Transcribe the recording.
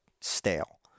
stale